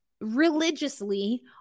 religiously